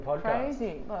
crazy